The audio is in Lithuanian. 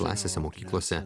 klasėse mokyklose